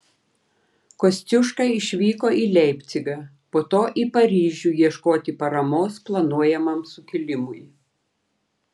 kosciuška išvyko į leipcigą po to į paryžių ieškoti paramos planuojamam sukilimui